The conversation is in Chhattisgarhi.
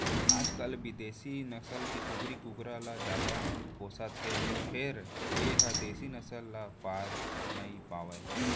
आजकाल बिदेसी नसल के कुकरी कुकरा ल जादा पोसत हें फेर ए ह देसी नसल ल पार नइ पावय